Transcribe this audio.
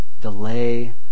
delay